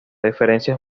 diferencias